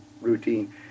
routine